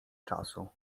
czasu